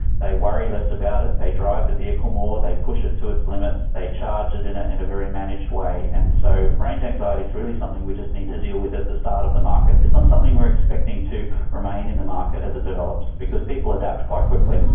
they worry less about it, the drive the vehicle more, they push it to its limits, they charge it in ah in a very managed way. and so range anxiety is really something we just need to deal with at the start of the market. it's not something we're expecting to remain in the market as it develops, because people adapt quite quickly.